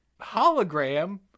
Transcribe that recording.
Hologram